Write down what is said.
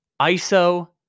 ISO